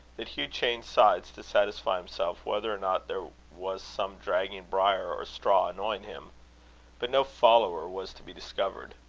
that hugh changed sides to satisfy himself whether or not there was some dragging briar or straw annoying him but no follower was to be discovered.